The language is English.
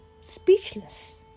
speechless